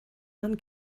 man